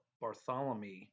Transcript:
Bartholomew